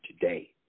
today